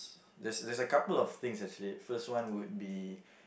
there's there's a couple of things actually first one would be